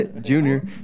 Junior